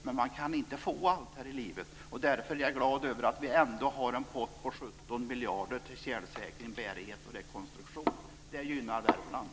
Men man kan inte få allt här i livet, därför är jag glad över att vi ändå har en pott på 17 miljarder till tjälsäkring, bärighet och rekonstruktion. Det gynnar Värmland.